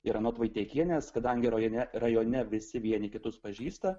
ir anot vaitiekienės kadangi rajone rajone visi vieni kitus pažįsta